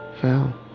fell